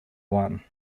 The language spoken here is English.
one